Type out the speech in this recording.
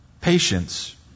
Patience